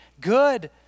good